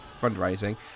fundraising